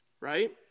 right